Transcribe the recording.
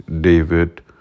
David